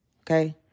okay